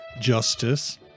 Justice